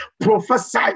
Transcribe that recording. prophesy